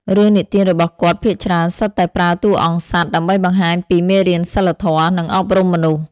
រឿងនិទានរបស់គាត់ភាគច្រើនសុទ្ធតែប្រើតួអង្គសត្វ ដើម្បីបង្ហាញពីមេរៀនសីលធម៌ និងអប់រំមនុស្ស។